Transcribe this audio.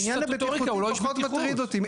העניין הבטיחותי פחות מטריד אותי.